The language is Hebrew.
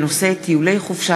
הרווחה